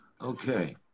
Okay